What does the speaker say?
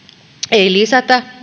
ei lisätä